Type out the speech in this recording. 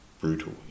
brutal